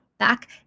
back